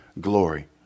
glory